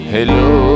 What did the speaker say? Hello